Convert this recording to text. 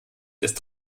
ist